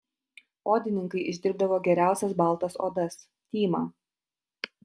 odininkai išdirbdavo geriausias baltas odas tymą